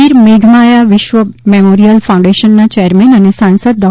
વીર મેઘમાયા વિશ્વ મેમોરીયલ ફાઉન્ડેશનના ચેરમેન અને સાંસદ ડૉ